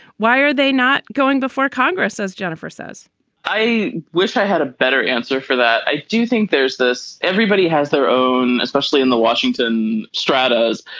why are they not going before congress as jennifer says i wish i had a better answer for that. i do think there's this. everybody has their own especially in the washington stratas.